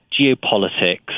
geopolitics